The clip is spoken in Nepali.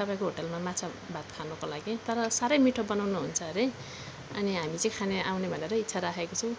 तपाईँको होटेलमा माछा भात खानुको लागि तर साह्रै मिठो बनाउनुहुन्छ अरे अनि हामी चाहिँ खाने आउने भनेर इच्छा राखेको छौँ